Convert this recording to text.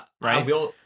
right